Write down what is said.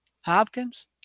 Hopkins